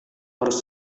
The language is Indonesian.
harus